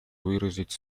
выразить